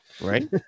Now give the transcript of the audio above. right